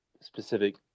specific